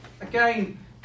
Again